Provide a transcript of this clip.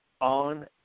on